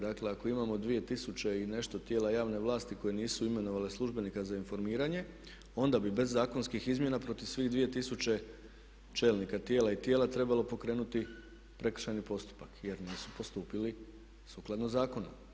Dakle, ako imamo 2000 i nešto tijela javne vlasti koje nisu imenovale službenika za informiranje, onda bi bez zakonskih izmjena protiv svih 2000 čelnika tijela i tijela trebalo pokrenuti prekršajni postupak jer nisu postupili sukladno zakonu.